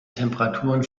temperaturen